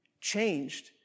Changed